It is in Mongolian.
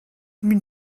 минь